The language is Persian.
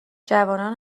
جوانان